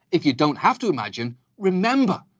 if you don't have to imagine, remember.